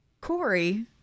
Corey